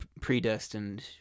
predestined